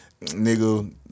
nigga